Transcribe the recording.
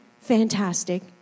fantastic